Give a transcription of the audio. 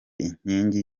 inkingi